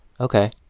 Okay